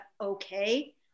okay